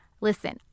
Listen